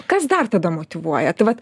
kas dar tada motyvuoja tai vat